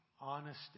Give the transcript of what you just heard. honesty